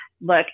Look